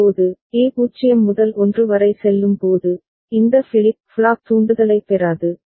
இப்போது A 0 முதல் 1 வரை செல்லும் போது இந்த ஃபிளிப் ஃப்ளாப் தூண்டுதலைப் பெறாது